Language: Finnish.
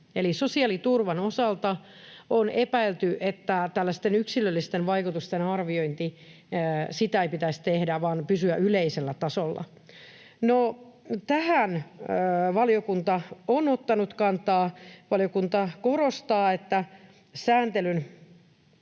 sosiaaliturvan osalta on epäilty, että tällaisten yksilöllisten vaikutusten arviointia ei pitäisi tehdä vaan pysyä yleisellä tasolla. No, tähän valiokunta on ottanut kantaa. Valiokunta korostaa, että sääntelyn